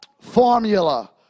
Formula